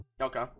Okay